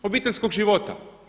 Obiteljskog života.